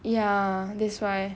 ya that's why